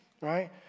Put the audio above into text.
right